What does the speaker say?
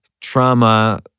trauma